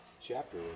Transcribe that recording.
chapter